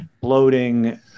bloating